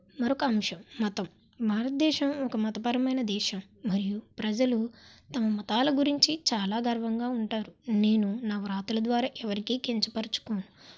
మరొక అంశం మతం భారతదేశం ఒక మతపరమైన దేశం మరియు ప్రజలు తమ మతాల గురించి చాలా గర్వంగా ఉంటారు నేను నా వ్రాతల ద్వారా ఎవరికి కించపరచుకోను